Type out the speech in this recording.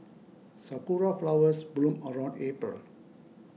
sakura flowers bloom around April